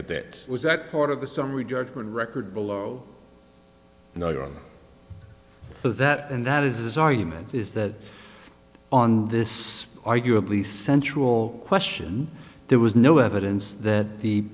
that was that part of the summary judgment record below you know that and that is his argument is that on this arguably central question there was no evidence that the